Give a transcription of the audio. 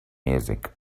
music